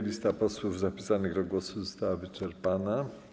Lista posłów zapisanych do głosu została wyczerpana.